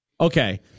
Okay